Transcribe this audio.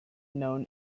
known